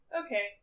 okay